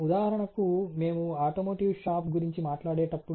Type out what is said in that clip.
ఉదాహరణకు మేము automotive shop గురించి మాట్లాడేటప్పుడు